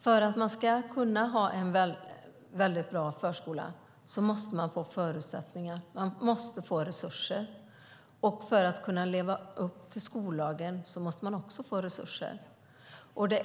För att vi ska kunna ha en bra förskola måste man få förutsättningar och få resurser, och för att kunna leva upp till skollagen måste man få resurser.